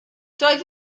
doedd